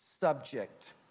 subject